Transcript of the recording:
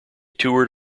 toured